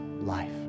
life